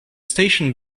station